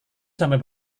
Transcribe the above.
sampai